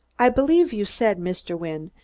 i believe you said, mr. wynne,